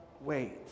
wait